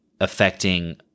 affecting